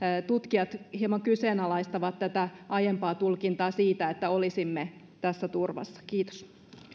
tutkijat hieman kyseenalaistavat tätä aiempaa tulkintaa siitä että olisimme tässä turvassa kiitos